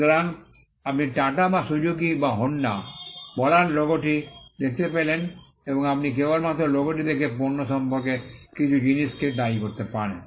সুতরাং আপনি টাটা বা সুজুকি বা হোন্ডা বলার লোগোটি দেখতে পেলেন এবং আপনি কেবলমাত্র লোগোটি দেখে পণ্য সম্পর্কে কিছু জিনিসকে দায়ী করতে পারেন